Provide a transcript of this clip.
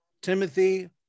Timothy